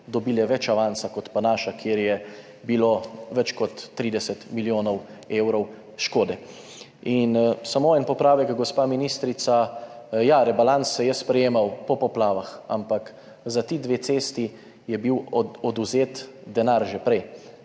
dobile več avansa kot pa naša, kjer je bilo več kot 30 milijonov evrov škode. In samo en popravek, gospa ministrica. Ja, rebalans se je sprejemal po poplavah, ampak za ti dve cesti je bil odvzet denar že prej,